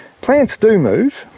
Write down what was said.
plants do move,